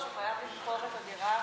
הוא חייב למכור את הדירה,